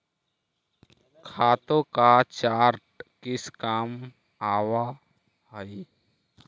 खातों का चार्ट किस काम आवअ हई